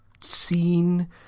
scene